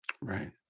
right